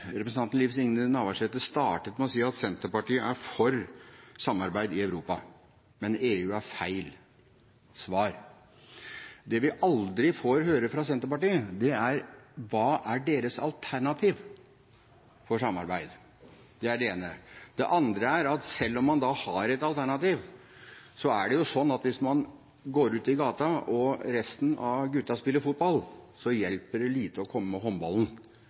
Representanten Liv Signe Navarsete startet med å si at Senterpartiet er for samarbeid i Europa, men EU er feil svar. Det vi aldri får høre fra Senterpartiet, er hva deres alternativ for samarbeid er. Det er det ene. Det andre er at selv om man har et alternativ, er det sånn at hvis man går ut i gata og resten av gutta spiller fotball, så hjelper det lite å komme med håndballen,